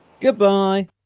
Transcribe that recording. Goodbye